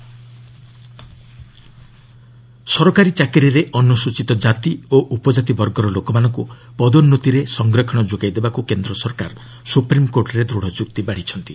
SC reservation ସରକାରୀ ଚାକିରିରେ ଅନୁସ୍ଚିତ କାତି ଓ ଉପଜାତି ବର୍ଗର ଲୋକମାନଙ୍କୁ ପଦୋନ୍ତିରେ ସଂରକ୍ଷଣ ଯୋଗାଇ ଦେବାକୁ କେନ୍ଦ୍ର ସରକାର ସୁପ୍ରମ୍କୋର୍ଟରେ ଦୃଢ଼ ଯୁକ୍ତି ବାଡ଼ିଛନ୍ତି